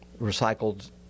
Recycled